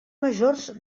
majors